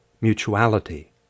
mutuality